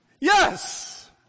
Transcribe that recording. Yes